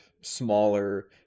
smaller